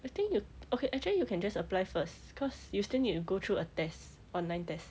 I think you okay actually you can just apply first cause you still need to go through a test online test